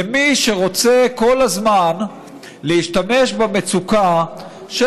למי שרוצה כל הזמן להשתמש במצוקה של